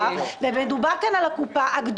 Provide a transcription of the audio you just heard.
התשובה היא כדלהלן: